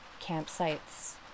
campsites